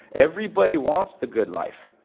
everybody wants the good life,